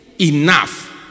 Enough